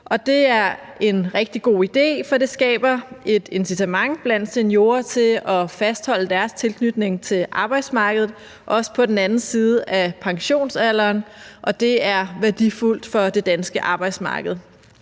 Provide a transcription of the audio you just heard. det er en rigtig god idé, for det skaber et incitament blandt seniorer til at fastholde deres tilknytning til arbejdsmarkedet, også på den anden side af pensionsalderen, og det er værdifuldt for det danske arbejdsmarked.